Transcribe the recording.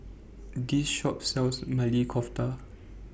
This Shop sells Maili Kofta